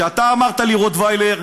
כשאתה אמרת לי רוטוויילר,